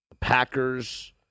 Packers